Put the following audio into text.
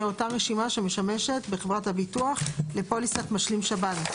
אותה רשימה שמשמשת בחברת הביטוח לפוליסת משלים שב"ן.